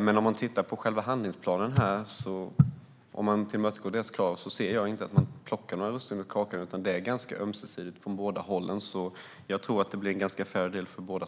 Men av det som framgår av själva handlingsplanen kan jag inte se att de plockar några russin ur kakan om man tillmötesgår deras krav, utan det är ganska ömsesidigt från båda hållen. Jag tror därför att det blir en ganska fair deal för båda.